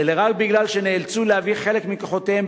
אלא רק בגלל שנאלצו להעביר חלק מכוחותיהם